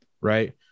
right